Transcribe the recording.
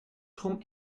drum